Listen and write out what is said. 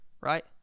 Right